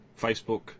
Facebook